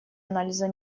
анализа